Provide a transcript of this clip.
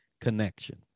connection